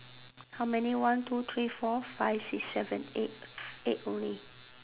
how many one two three four five six seven eight eight only